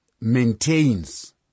maintains